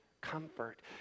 comfort